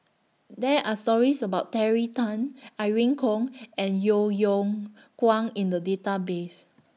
There Are stories about Terry Tan Irene Khong and Yeo Yeow Kwang in The Database